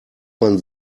man